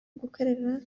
gukorera